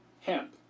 hemp